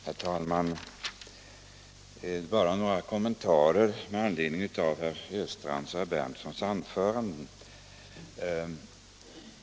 Herr talman! Bara några kommentarer med anledning av herr Östrands och herr Berndtsons anföranden.